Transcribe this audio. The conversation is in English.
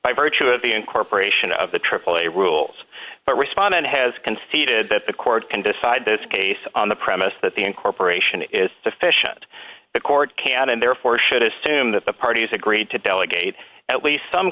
by virtue of the incorporation of the aaa rules but respondent has conceded that the court can decide this case on the premise that the incorporation is sufficient the court can and therefore should assume that the parties agreed to delegate at least some